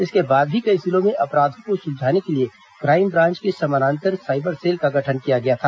इसके बाद भी कई जिलों में अपराधों को सुलझाने के लिए क्राईम ब्रांच के समानांतर साइबर सेल का गठन किया गया था